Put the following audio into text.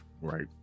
right